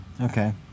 okay